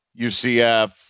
UCF